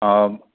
অঁ